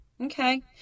Okay